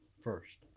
first